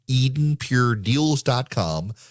EdenPureDeals.com